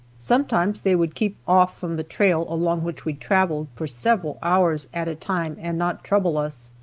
sometimes they would keep off from the trail along which we traveled, for several hours at a time and not trouble us.